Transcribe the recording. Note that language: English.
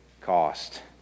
cost